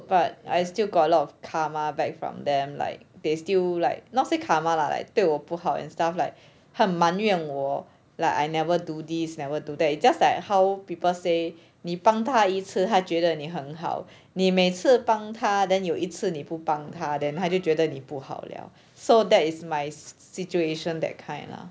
but I still got lot of karma back from them like they still like not say like karma lah like 对我不好 and stuff like 很埋怨我 like I never do this never do that is just that how people 你帮他一次他觉得你很好你每次帮他 then 有一次你不帮他 then 他就觉得你不会 liao so that is my situation that kind lah